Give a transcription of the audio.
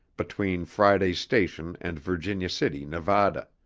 between friday's station and virginia city, nevada,